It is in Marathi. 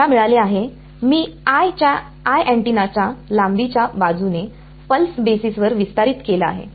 मला मिळाले आहे मी अँटेनाच्या लांबीच्या बाजूने पल्स बेसिस वर विस्तारित केला आहे